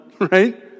right